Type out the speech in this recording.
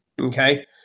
okay